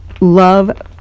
love